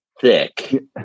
thick